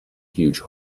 huge